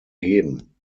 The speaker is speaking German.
geben